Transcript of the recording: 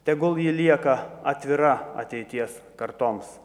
tegul ji lieka atvira ateities kartoms